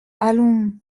allons